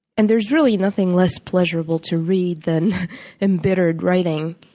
and there's really nothing less pleasurable to read than embittered writing.